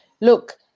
look